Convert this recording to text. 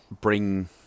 bring